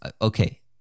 Okay